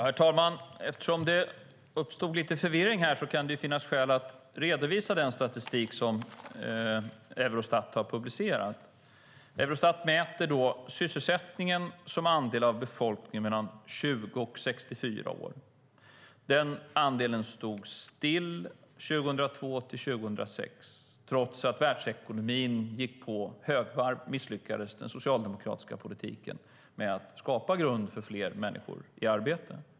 Herr talman! Eftersom det uppstod lite förvirring kan det finns skäl att redovisa den statistik som Eurostat har publicerat. Eurostat mäter sysselsättningen som andel av befolkningen mellan 20 och 64 år. Den andelen stod still 2002-2006. Trots att världsekonomin gick på högvarv misslyckades den socialdemokratiska politiken med att skapa grund för fler människor i arbete.